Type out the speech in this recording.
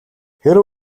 хэрэв